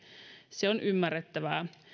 se on ymmärrettävää